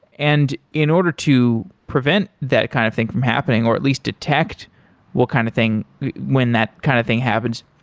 and in order to prevent that kind of thing from happening, or at least detect what kind of thing when that kind of thing happens,